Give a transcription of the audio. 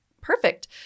perfect